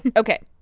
ok.